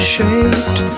Shaped